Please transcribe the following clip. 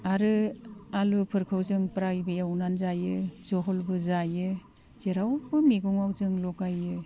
आरो आलुफोरखौ जों द्रायबो एवनानै जायो झलबो जायो जेरावबो मैगंआव जों लगायो